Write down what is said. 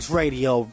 radio